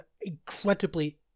incredibly